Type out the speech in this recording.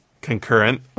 concurrent